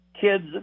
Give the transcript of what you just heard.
kids